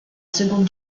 seconde